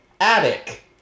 Attic